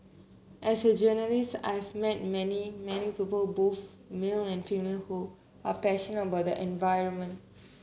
as a journalist I've met many many people both male and female who are passionate about the environment